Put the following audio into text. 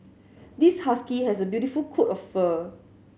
this husky has a beautiful coat of fur